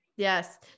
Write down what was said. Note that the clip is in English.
Yes